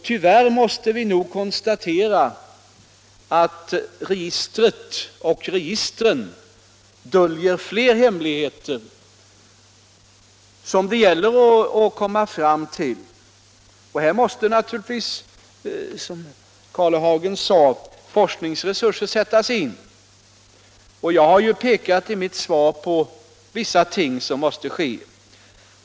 Tyvärr måste vi nog konstatera att registren döljer fler hemligheter som det gäller att komma på spåren. Här måste naturligtvis, som herr Karlehagen sade, forskningsresurser sättas in. Jag har ju i mitt svar pekat på vissa ting som måste ske.